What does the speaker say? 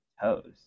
toes